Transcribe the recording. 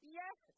yes